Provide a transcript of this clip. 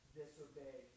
disobey